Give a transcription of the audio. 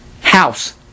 house